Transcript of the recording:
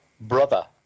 brother